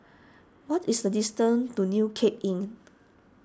what is the distance to New Cape Inn